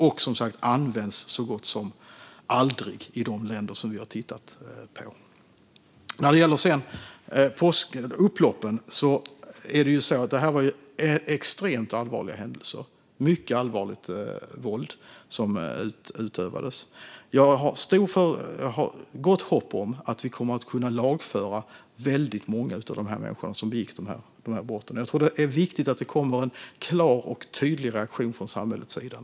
Och som sagt används det så gott som aldrig i de länder vi har tittat på. Påskupploppen var extremt allvarliga och våldsamma. Jag har dock gott hopp om att vi kommer att kunna lagföra väldigt många av dem som begick dessa brott, och jag tror att det är viktigt att det kommer en klar och tydlig reaktion från samhällets sida.